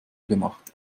gemacht